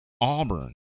Auburn